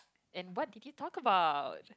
and what did you talk about